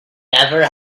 never